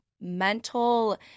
mental